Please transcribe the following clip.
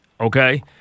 okay